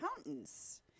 accountants